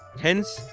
hence,